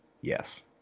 Yes